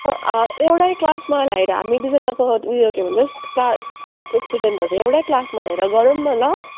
अँ एउटै क्लासमा ल्याएर हामी दुईजनाको उयो के भने क्ला क्लासको स्टुडेन्टहरू एउटै क्लासमा ल्याएर गरौँ न ल